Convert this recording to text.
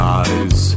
eyes